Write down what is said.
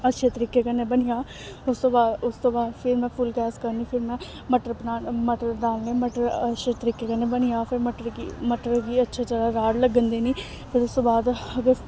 अच्छे तरीके कन्नै बनी जी उस तू उस तू बाद फिर में फुल्ल गैस करनी फिर में मटर मटर डालनी मटर अच्छे तरीके कन्नै बनी जा फिर मटर गी मटर गी अच्छी राड़ लग्गन देनी ओह्दा स्वाद अगर